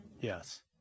Yes